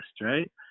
right